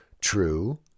True